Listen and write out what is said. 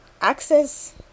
Access